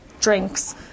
drinks